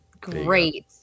Great